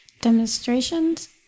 demonstrations